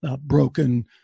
broken